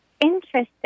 interesting